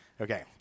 Okay